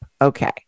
okay